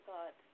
God